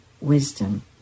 wisdom